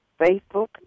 Facebook